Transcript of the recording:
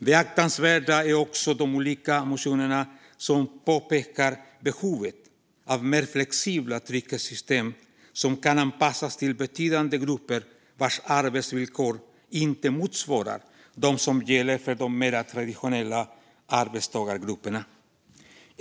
Beaktansvärda är också de olika motioner som påpekar behovet av mer flexibla trygghetssystem som kan anpassas till betydande grupper vars arbetsvillkor inte motsvarar dem som gäller för de mer traditionella arbetstagargrupperna.